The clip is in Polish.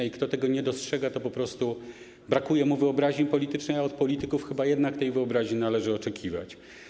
Temu, kto tego nie dostrzega, po prostu brakuje wyobraźni politycznej, a od polityków chyba jednak tej wyobraźni należy oczekiwać.